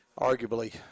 Arguably